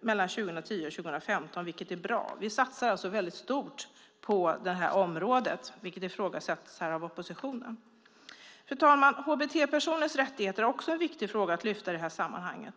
mellan 2010 och 2015, vilket är bra. Vi satsar alltså stort på området, vilket ifrågasatts av oppositionen. Fru talman! Hbt-personers rättigheter är också en viktig fråga att lyfta upp i sammanhanget.